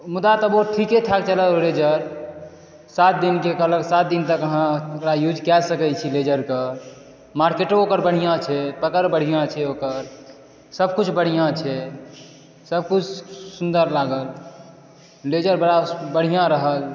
मुदा तबौ ठीके ठाक चलल रेजर सात दिन के कहलक सात दिन तक अहाँ ओकरा यूज कय सकै छी रेजर के मार्केटो ओकर बढ़िऑं छै पकड़ बढ़िऑं छै ओकर सबकिछु बढ़िऑं छै सबकिछु सुन्दर लागल रेजर बड़ा बढ़िऑं रहल